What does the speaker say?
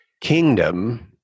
kingdom